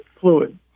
fluid